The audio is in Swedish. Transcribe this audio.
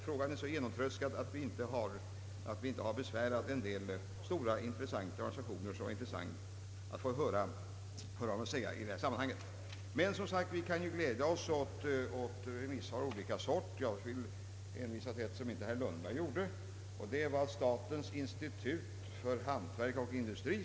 Frågan blev så genomtröskad att vi i år inte har besvärat en del stora organisationer, även om det är intressant att få höra vad de har att säga i det här sammanhanget. Men som sagt, vi kan ju glädja oss åt remissvar av olika slag. Jag vill hänvisa till ett som herr Lundberg inte refererat till, och det var från statens institut för hantverk och industri.